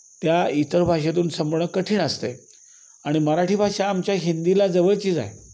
त्या इतर भाषेतून समजणं कठीण असतं आहे आणि मराठी भाषा आमच्या हिंदीला जवळचीच आहे